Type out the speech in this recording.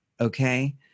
Okay